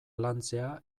lantzea